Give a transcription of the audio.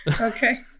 okay